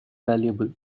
valuable